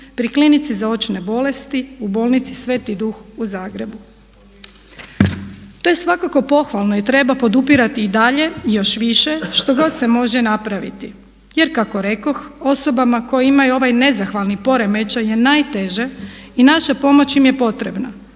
pri klinici za očne bolnice u bolnici Sveti Duh u Zagrebu. To je svakako pohvalno i treba podupirati i dalje još više što god se može napraviti jer kako rekoh osobama koje imaju ovaj nezahvalni poremećaj je najteže i naša pomoć im je potrebna